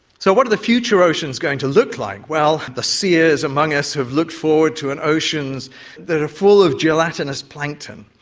so what are the future oceans going to look like? well, the seers among us have looked forward to and oceans that are full of gelatinous plankton.